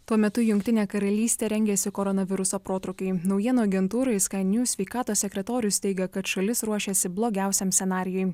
tuo metu jungtinė karalystė rengiasi koronaviruso protrūkiui naujienų agentūrai sky news sveikatos sekretorius teigia kad šalis ruošiasi blogiausiam scenarijui